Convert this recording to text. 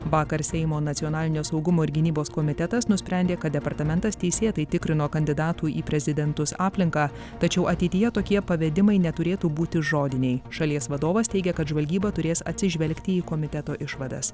vakar seimo nacionalinio saugumo ir gynybos komitetas nusprendė kad departamentas teisėtai tikrino kandidatų į prezidentus aplinką tačiau ateityje tokie pavedimai neturėtų būti žodiniai šalies vadovas teigia kad žvalgyba turės atsižvelgti į komiteto išvadas